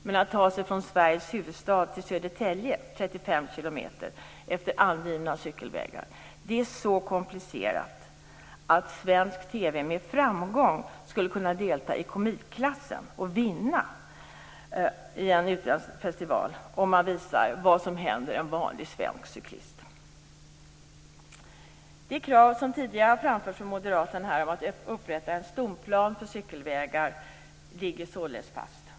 Men att ta sig från Sveriges huvudstad till Södertälje, 35 kilometer efter angivna cykelvägar, är så komplicerat att svensk TV med framgång skulle kunna delta i komikklassen och vinna i en utländsk festival, om man visar vad som händer en vanlig svensk cyklist. Det krav som tidigare här har framförts från moderat håll, nämligen kravet på att upprätta en stomplan för cykelvägar, ligger fast.